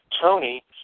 Tony